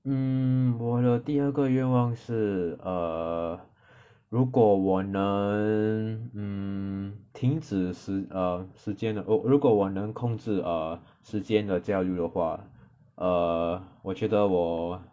mm 我的第二个愿望是 err 如果我能 mm 停止时 um 时间如果我能控制 err 时间的教育的话 err 我觉得我